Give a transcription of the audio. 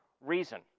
reason